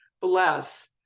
bless